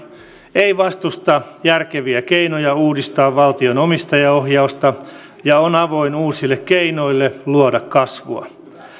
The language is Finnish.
ei vastusta järkeviä keinoja uudistaa valtion omistajaohjausta ja on avoin uusille keinoille luoda kasvua